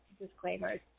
disclaimers